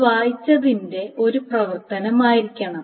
അത് വായിച്ചതിന്റെ ഒരു പ്രവർത്തനമായിരിക്കണം